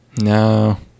no